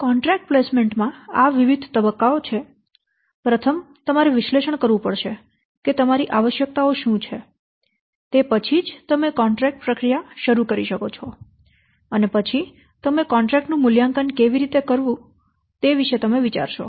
contract placement માં આ વિવિધ તબક્કાઓ છે પ્રથમ તમારે વિશ્લેષણ કરવું પડશે કે તમારી આવશ્યકતાઓ શું છે તે પછી જ તમે કોન્ટ્રેક્ટ પ્રક્રિયા શરૂ કરી શકો છો અને પછી તમે કોન્ટ્રેક્ટ નું મૂલ્યાંકન કેવી રીતે કરવું તે વિશે તમે વિચારશો